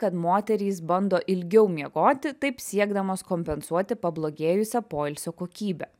kad moterys bando ilgiau miegoti taip siekdamos kompensuoti pablogėjusią poilsio kokybę